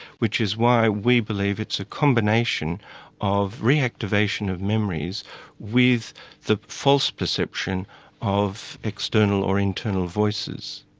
which is why we believe it's a combination of reactivation of memories with the false perception of external or internal voices.